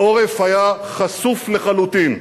העורף היה חשוף לחלוטין,